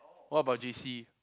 what about J_C